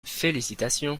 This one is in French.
félicitations